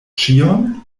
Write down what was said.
ĉion